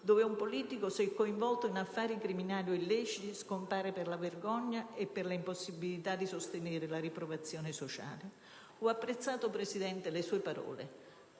dove un politico, se coinvolto in affari criminali illeciti, scompare per la vergogna e per la impossibilità di sostenere la riprovazione sociale. Ho apprezzato, signor Presidente, le sue parole.